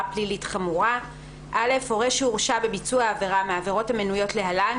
פלילית חמורה 27א. (א)הורה שהורשע בביצוע עבירה מהעבירות המנויות להלן,